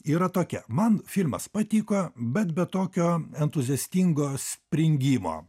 yra tokia man filmas patiko bet be tokio entuziastingo springimo